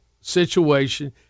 situation